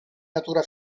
natura